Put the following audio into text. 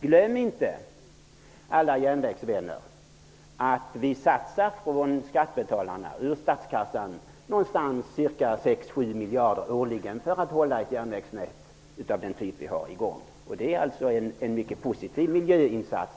Glöm inte, alla järnvägsvänner, att vi satsar ur statskassan någonstans runt 6--7 miljarder årligen för att hålla ett järnvägsnät av den typ vi har i gång. Vi gör alltså en mycket positiv miljöinsats.